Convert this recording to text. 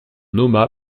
nomma